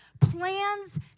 Plans